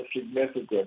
significant